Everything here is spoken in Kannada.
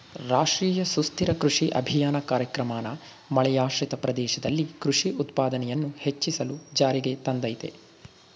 ರಾಷ್ಟ್ರೀಯ ಸುಸ್ಥಿರ ಕೃಷಿ ಅಭಿಯಾನ ಕಾರ್ಯಕ್ರಮನ ಮಳೆಯಾಶ್ರಿತ ಪ್ರದೇಶದಲ್ಲಿ ಕೃಷಿ ಉತ್ಪಾದನೆಯನ್ನು ಹೆಚ್ಚಿಸಲು ಜಾರಿಗೆ ತಂದಯ್ತೆ